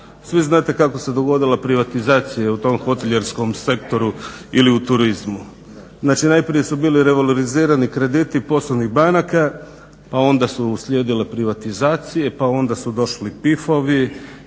Svi znate kako se dogodila privatizacija u tom hotelijerskom sektoru ili u turizmu. Znači najprije su bili revalorizirani krediti poslovnih banaka, pa onda su uslijedile privatizacije, pa onda su došli pifovi